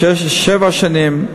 שבע שנים.